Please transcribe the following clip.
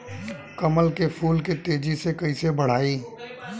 कमल के फूल के तेजी से कइसे बढ़ाई?